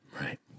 Right